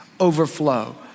overflow